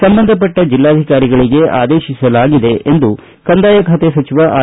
ಸಂಬಂಧಪಟ್ಟ ಜಿಲ್ಲಾಧಿಕಾರಿಗಳಿಗೆ ಆದೇತಿಸಲಾಗಿದೆ ಎಂದು ಕಂದಾಯ ಖಾತೆ ಸಚಿವ ಆರ್